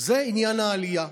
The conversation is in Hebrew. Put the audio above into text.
זה עניין העלייה.